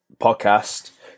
podcast